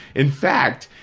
in fact,